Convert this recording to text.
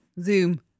Zoom